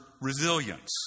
resilience